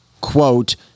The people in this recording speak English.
quote